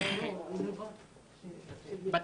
תודה.